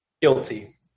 Guilty